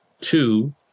Two